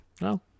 No